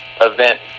event